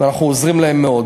ואנחנו עוזרים להם מאוד.